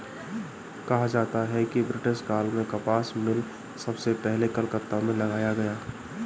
कहा जाता है कि ब्रिटिश काल में कपास मिल सबसे पहले कलकत्ता में लगाया गया